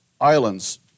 Islands